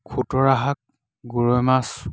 খুতুৰা শাক গৰৈ মাছ